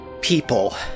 people